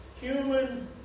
human